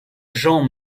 jean